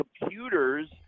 computers